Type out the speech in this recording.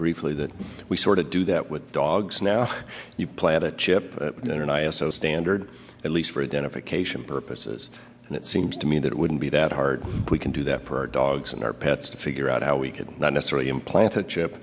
briefly that we sort of do that with dogs now you plan to chip in an i s o standard at least for a den of occasion purposes and it seems to me that it wouldn't be that hard we can do that for our dogs and our pets to figure out how we could not necessarily implant a chip